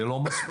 זה לא מספיק,